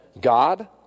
God